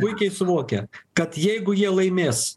puikiai suvokia kad jeigu jie laimės